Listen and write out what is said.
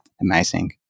amazing